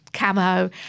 camo